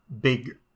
big